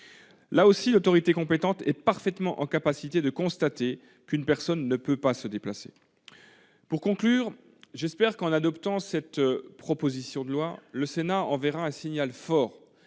Là encore, l'autorité compétente est parfaitement en mesure de constater qu'une personne ne peut pas se déplacer. En conclusion, j'espère qu'en adoptant cette proposition de loi le Sénat enverra un signal aux